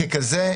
ככזה,